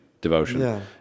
devotion